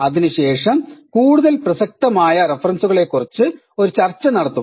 അതിനുശേഷം കൂടുതൽ പ്രസക്തമായ റഫറൻസുകളെക്കുറിച്ച് ഒരു ചർച്ച നടത്തും